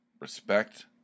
respect